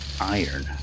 iron